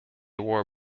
wore